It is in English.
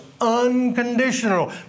unconditional